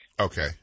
Okay